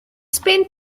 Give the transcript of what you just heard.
spent